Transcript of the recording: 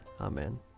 Amen